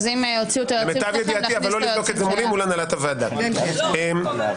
אז אם יוציאו את היועצים שלכם נכניס את היועצים שלנו.